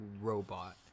robot